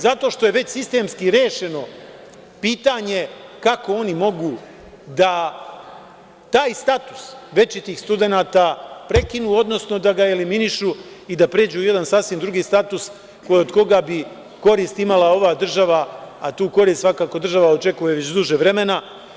Zato što je već sistemski rešeno pitanje kako oni mogu da taj status večitih studenata prekinu, odnosno da ga eliminišu i da pređu u jedan sasvim drugi status od koga bi korist imala ova država, a tu korist svakako država očekuje već duže vremena.